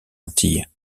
antilles